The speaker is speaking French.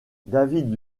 david